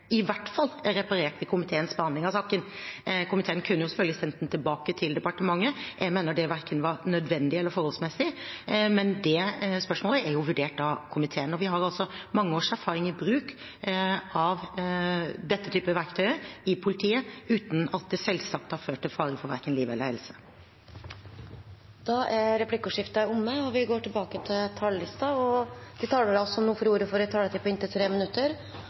i hvert fall er reparert ved komiteens behandling av saken. Komiteen kunne selvfølgelig sendt den tilbake til departementet. Jeg mener det verken var nødvendig eller forholdsmessig, men det spørsmålet er jo vurdert av komiteen. Vi har altså mange års erfaring med bruk av dette verktøyet i politiet uten at det selvsagt har ført til fare for verken liv eller helse. Replikkordskiftet er omme. De talere som heretter får ordet, har en taletid på inntil 3 minutter.